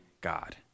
God